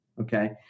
okay